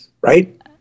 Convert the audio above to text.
Right